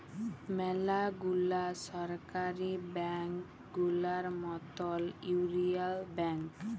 ম্যালা গুলা সরকারি ব্যাংক গুলার মতল ইউলিয়াল ব্যাংক